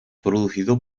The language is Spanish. producido